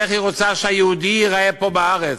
ואיך היא רוצה שהיהודי ייראה פה בארץ,